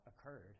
occurred